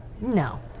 No